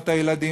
במעונות הילדים,